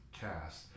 cast